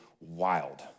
wild